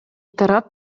тарап